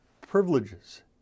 privileges